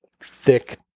thick